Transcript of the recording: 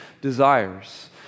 desires